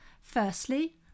Firstly